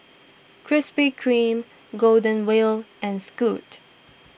Krispy Kreme Golden Wheel and Scoot